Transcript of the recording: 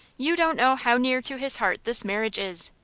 you don't know how near to his heart this marriage is.